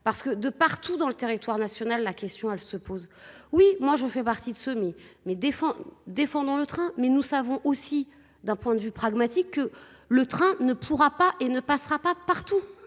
parce que de partout dans le territoire national, la question elle se pose. Oui moi je fais partie de semi-mais défend défendant le train mais nous savons aussi d'un point de vue pragmatique que le train ne pourra pas et ne passera pas partout.